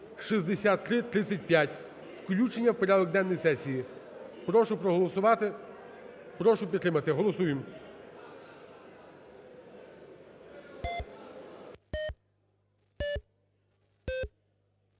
6335 включення у порядок денний сесії. Прошу проголосувати, прошу підтримати. Голосуємо.